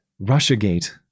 Russiagate